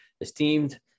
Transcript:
esteemed